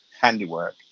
handiwork